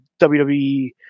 WWE